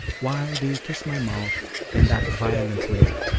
why do you kiss my mouth in that violent way?